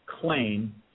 claim